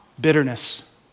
bitterness